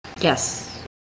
Yes